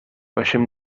baixem